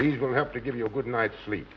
he's going to have to give you a good night's sleep